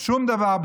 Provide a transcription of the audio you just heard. בשום דבר,